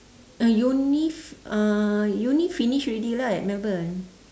uh uni f~ uh uni finish already lah at melbourne